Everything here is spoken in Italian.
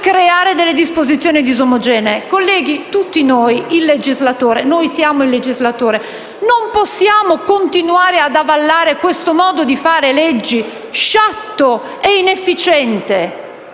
per creare disposizioni disomogenee. Colleghi, tutti noi, il legislatore - noi siamo il legislatore - non possiamo continuare ad avallare questo modo di fare leggi sciatto e inefficiente,